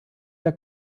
der